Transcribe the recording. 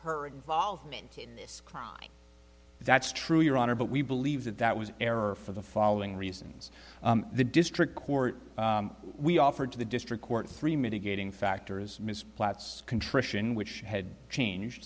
her involvement in this crime that's true your honor but we believe that that was an error for the following reasons the district court we offered to the district court three mitigating factors ms plats contrition which had changed